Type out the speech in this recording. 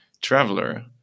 traveler